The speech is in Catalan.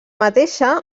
mateixa